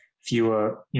fewer